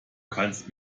kannst